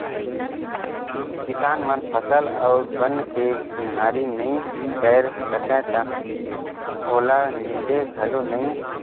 किसान मन फसल अउ बन के चिन्हारी नई कयर सकय त ओला नींदे घलो नई